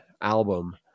album